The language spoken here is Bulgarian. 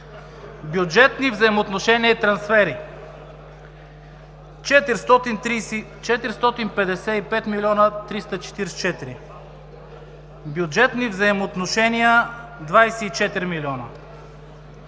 Бюджетни взаимоотношения и трансфери – 455 млн. 344 хил. лв.; бюджетни взаимоотношения – 24 милиона;